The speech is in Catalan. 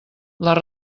les